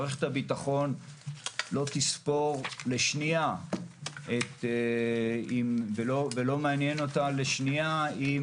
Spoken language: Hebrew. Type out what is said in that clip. מערכת הביטחון לא תספור לשנייה ולא מעניין אותה לשנייה אם